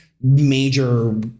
major